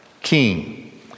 king